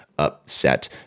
upset